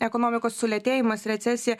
ekonomikos sulėtėjimas recesija